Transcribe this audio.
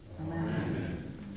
Amen